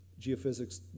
geophysics